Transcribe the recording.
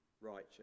righteous